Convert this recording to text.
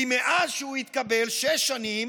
כי מאז שהוא התקבל, שש שנים,